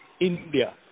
India